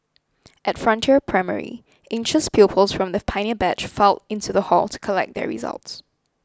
at Frontier Primary anxious pupils from the pioneer batch filed into the hall to collect their results